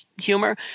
humor